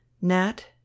Nat